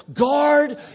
Guard